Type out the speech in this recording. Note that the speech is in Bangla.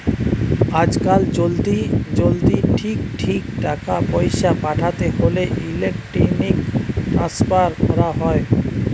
আজকাল জলদি জলদি ঠিক ঠিক টাকা পয়সা পাঠাতে হোলে ইলেক্ট্রনিক ট্রান্সফার কোরা হয়